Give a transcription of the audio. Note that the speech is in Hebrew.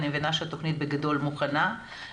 אני מבינה שהתוכנית בגדול מוכנה,